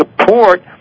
support